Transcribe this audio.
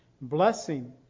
blessing